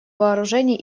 вооружений